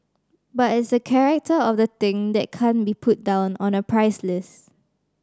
but it's the character of the thing that can't be put down on a price list